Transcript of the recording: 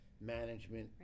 management